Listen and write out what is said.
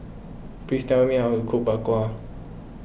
please tell me how to cook Bak Kwa